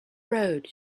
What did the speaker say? road